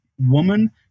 woman